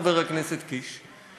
חבר הכנסת קיש.